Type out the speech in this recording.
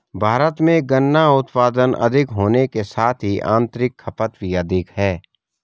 भारत में गन्ना उत्पादन अधिक होने के साथ ही आतंरिक खपत भी अधिक है